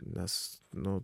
nes nu